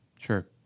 Sure